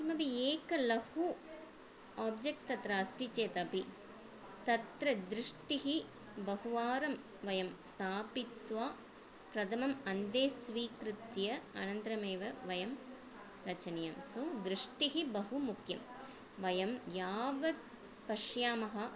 किमपि एकं लघु आब्जेक्ट् तत्र अस्ति चेदपि तत्र दृष्टिं बहुवारं वयं स्थापयित्वा प्रथमम् अन्ते स्वीकृत्य अनन्तरमेव वयं रचनीयं सो दृष्टिः बहुमुख्या वयं यावत् पश्यामः